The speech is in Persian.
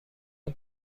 این